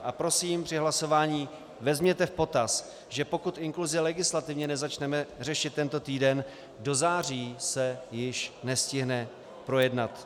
A prosím, při hlasování vezměte v potaz, že pokud inkluzi legislativně nezačneme řešit tento týden, do září se již nestihne projednat.